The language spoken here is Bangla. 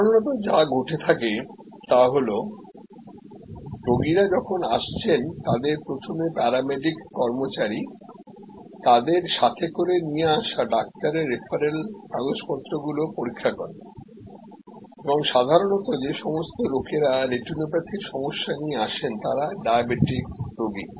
সাধারণত যা ঘটে তা হল রোগীরা যখন আসছেন তাদের প্রথমে প্যারামেডিক কর্মচারী তাদের সাথে করে নিয়ে আসা ডাক্তারের রেফারেল কাগজপত্রগুলো পরীক্ষা করেন এবং সাধারণত যে সমস্ত লোকেরা রেটিনোপ্যাথির সমস্যা নিয়ে আসেন তারা ডায়াবেটিস রোগী